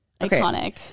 Iconic